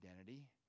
identity